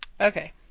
Okay